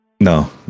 no